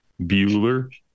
Bueller